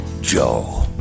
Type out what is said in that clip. Joe